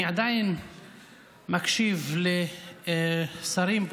אני עדיין מקשיב לשרים,